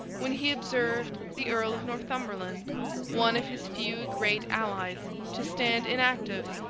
when he observed the earl of northumberland one of his few great allies to stand inactive,